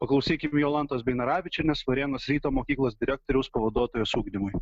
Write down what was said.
paklausykime jolantos beinoravičienės varėnos ryto mokyklos direktoriaus pavaduotojos ugdymui